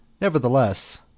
Nevertheless